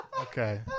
Okay